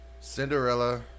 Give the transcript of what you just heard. Cinderella